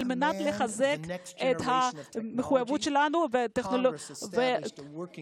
על מנת לחזק את שליטתנו בדור הבא של